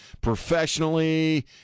professionally